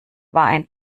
ein